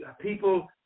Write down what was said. people